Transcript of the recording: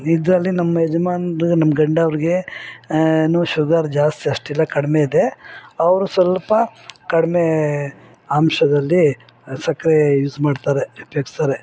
ಇದರಲ್ಲಿ ನಮ್ಮಯಜಮಾನ್ರು ನಮ್ಮ ಗಂಡ ಅವ್ರಿಗೆ ನು ಶುಗರ್ ಜಾಸ್ತಿ ಅಷ್ಟಿಲ್ಲ ಕಡಿಮೆ ಇದೆ ಅವರು ಸ್ವಲ್ಪ ಕಡಿಮೆ ಅಂಶದಲ್ಲಿ ಸಕ್ಕರೆ ಯೂಸ್ ಮಾಡ್ತಾರೆ ಉಪ್ಯೋಗಿಸ್ತಾರೆ